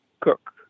cook